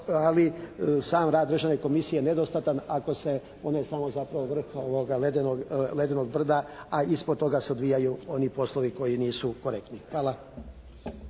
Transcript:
ali sam rad Državne komisije nedostatan ako se onaj samo zapravo vrh ledenog brda, a ispod toga se odvijaju oni poslovi koji nisu korektni. Hvala.